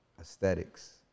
aesthetics